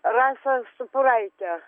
rasą supuraitę